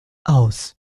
aus